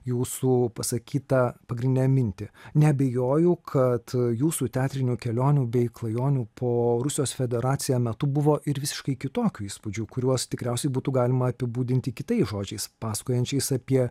jūsų pasakytą pagrindinę mintį neabejoju kad jūsų teatrinių kelionių bei klajonių po rusijos federaciją metu buvo ir visiškai kitokių įspūdžių kuriuos tikriausiai būtų galima apibūdinti kitais žodžiais pasakojančiais apie